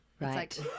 Right